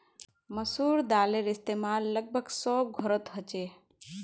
मसूर दालेर इस्तेमाल लगभग सब घोरोत होछे